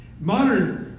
Modern